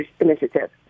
Initiative